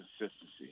consistency